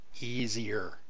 easier